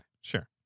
sure